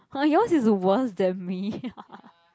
!huh! yours is worse than me